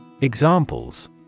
Examples